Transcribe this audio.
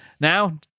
now